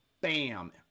bam